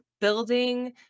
building